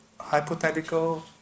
hypothetical